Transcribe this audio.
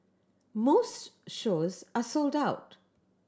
most shows are sold out